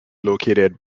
located